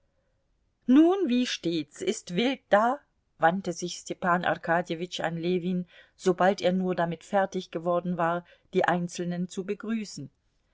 nun wie steht's ist wild da wandte sich stepan arkadjewitsch an ljewin sobald er nur damit fertig geworden war die einzelnen zu begrüßen